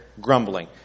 grumbling